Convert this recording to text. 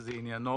שעניינו